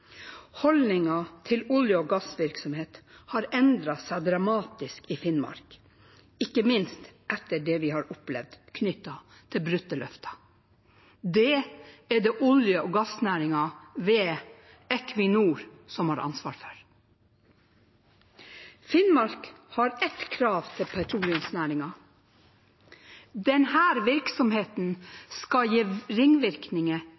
til olje- og gassvirksomhet har endret seg dramatisk i Finnmark, ikke minst etter det vi har opplevd knyttet til brutte løfter. Det er det olje- og gassnæringen ved Equinor som har ansvar for. Finnmark har ett krav til petroleumsnæringen: Denne virksomheten skal gi ringvirkninger